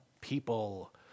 people